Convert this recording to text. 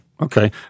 Okay